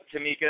Tamika